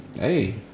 hey